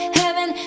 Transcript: heaven